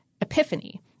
Epiphany